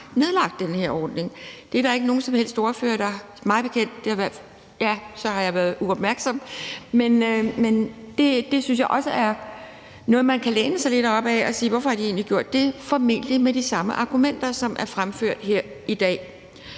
nedlagt den her ordning. Det er der ikke nogen som helst ordfører, der mig bekendt … Ja, det har der så; så har jeg været uopmærksom. Men det synes jeg også er noget, man kan læne sig lidt op ad og sige: Hvorfor har de egentlig gjort det? Det er formentlig med de samme argumenter, som er fremført her i dag.